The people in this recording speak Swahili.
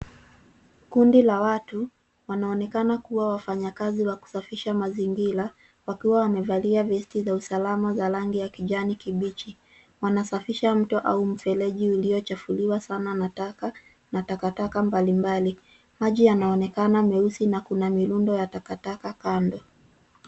Kundi la watu, wanaonekana kuwa wafanyakazi wa kusafisha mazingira wakiwa wamevalia vesti za usalama za rangi ya kijani kibichi. Wanasafisha mto au mfereji uliochafuliwa sana na taka, na takataka mbalimbali. Maji yanaonekana meusi na kuna miundo ya takataka kando.